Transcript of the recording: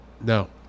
No